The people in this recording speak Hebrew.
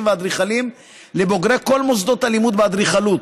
והאדריכלים לבוגרי כל מוסדות הלימוד באדריכלות: